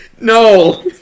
No